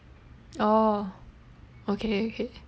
orh okay okay